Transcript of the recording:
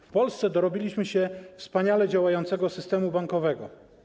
W Polsce dorobiliśmy się wspaniale działającego systemu bankowego.